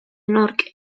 nork